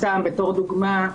לדוגמה,